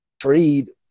trade